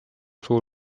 suur